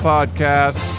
Podcast